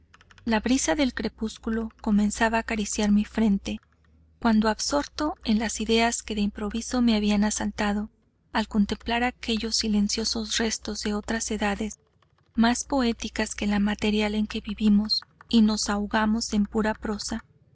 la brisa del crepúsculo comenzaba a acariciar mi frente cuando absorto en las ideas que de improviso me habían asaltado al contemplar aquellos silenciosos restos de otras edades más poéticas que la material en que vivimos y nos ahogamos en pura prosa